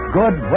good